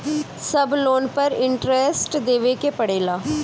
सब लोन पर इन्टरेस्ट देवे के पड़ेला?